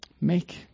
make